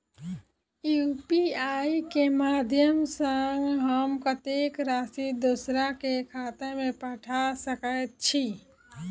UPI केँ माध्यम सँ हम कत्तेक राशि दोसर केँ खाता मे पठा सकैत छी?